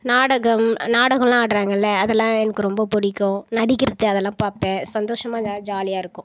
நாடகம் நாடகம் எல்லாம் ஆடுறாங்களே அதெலாம் எனக்கு ரொம்ப பிடிக்கும் நடிக்கிறதை அதெலாம் பார்ப்பேன் சந்தோஷமாக அதெலாம் ஜாலியாகருக்கும்